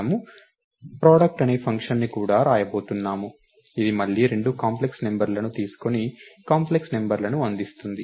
మనము ప్రాడక్ట్ అనే ఫంక్షన్ను కూడా వ్రాయబోతున్నాము ఇది మళ్లీ రెండు కాంప్లెక్స్ నంబర్లను తీసుకొని కాంప్లెక్స్ నంబర్లను అందిస్తుంది